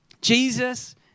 Jesus